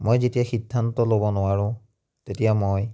মই যেতিয়া সিদ্ধান্ত ল'ব নোৱাৰোঁ তেতিয়া মই